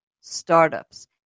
startups